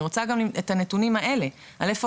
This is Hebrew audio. אני רוצה גם את הנתונים האלה איפה